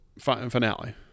finale